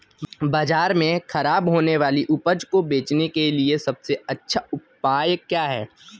बाजार में खराब होने वाली उपज को बेचने के लिए सबसे अच्छा उपाय क्या है?